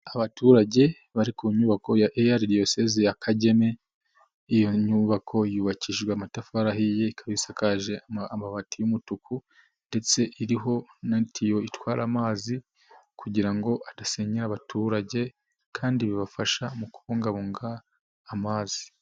Abaturage bari ku nyubako ya EAR Diyosezezi ya Kageme, iyo nyubako yubakishijwe amatafari ahiye ikaba isakaje amabati y'umutuku ndetse iriho na tiyo itwara amazi kugira ngo adasenyera abaturage kandi bibafasha mu kubungabunga amazi.